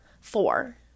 Four